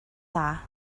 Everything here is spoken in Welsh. dda